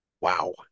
Wow